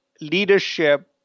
leadership